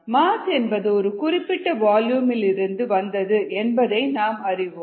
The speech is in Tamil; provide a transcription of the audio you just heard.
மாஸ் என்பது ஒரு குறிப்பிட்ட வால்யும் இல் இருந்து வந்தது என்பதை நாம் அறிவோம்